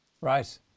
right